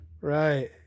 Right